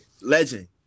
Legend